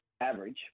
average